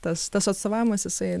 tas tas atstovavimas isai